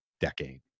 decade